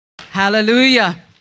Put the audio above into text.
Hallelujah